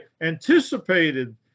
anticipated